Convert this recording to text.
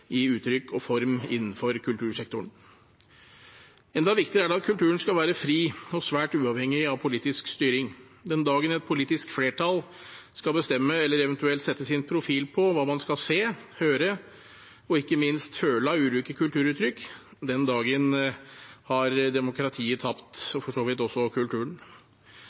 i uttrykk og form innenfor kultursektoren. Enda viktigere er det at kulturen skal være fri og svært uavhengig av politisk styring. Den dagen et politisk flertall skal bestemme eller eventuelt sette sin profil på hva man skal se, høre og ikke minst føle av ulike kulturuttrykk, har demokratiet tapt – og for så vidt også kulturen.